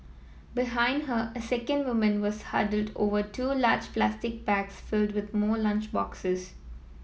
behind her a second woman was huddled over two large plastic bags filled with more lunch boxes